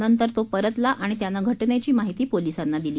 नंतर तो परतला आणि त्याने घटनेची माहिती पोलिसांना दिली